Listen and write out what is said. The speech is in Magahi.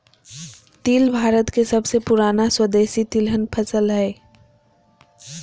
तिल भारत के सबसे पुराना स्वदेशी तिलहन फसल हइ